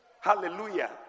Hallelujah